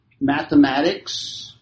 mathematics